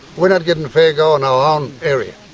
we're not getting a fair go on our own area.